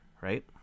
right